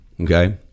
Okay